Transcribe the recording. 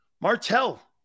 Martell